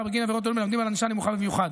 בגין עבירות אלו מלמדים על ענישה נמוכה במיוחד,